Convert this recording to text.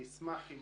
אני אשמח אם